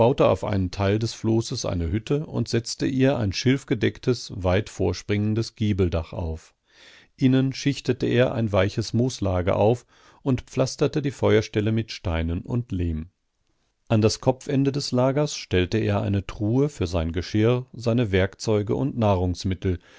auf einen teil des floßes eine hütte und setzte ihr ein schilfgedecktes weit vorspringendes giebeldach auf innen schichtete er ein weiches mooslager auf und pflasterte die feuerstelle mit steinen und lehm an das kopfende des lagers stellte er eine truhe für sein geschirr seine werkzeuge und nahrungsmittel